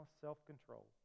self-control